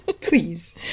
Please